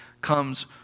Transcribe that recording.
comes